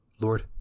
Lord